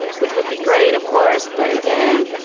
which would be great, of course but again,